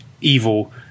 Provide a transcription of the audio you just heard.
Evil